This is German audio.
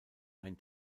ein